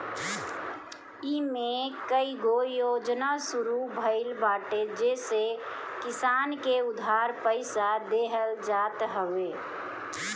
इमे कईगो योजना शुरू भइल बाटे जेसे किसान के उधार पईसा देहल जात हवे